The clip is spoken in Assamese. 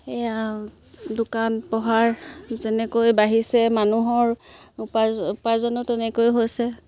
সেয়া আৰু দোকান পোহাৰ যেনেকৈ বাঢ়িছে মানুহৰ উপাৰ্জনো তেনেকৈ হৈছে